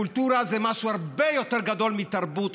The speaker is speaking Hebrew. קולטורה זה משהו הרבה יותר גדול מתרבות,